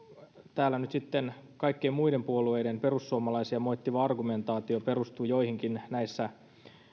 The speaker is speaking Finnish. täällä nyt sitten kaikkien muiden puolueiden perussuomalaisia moittiva argumentaatio perustuu joihinkin näissä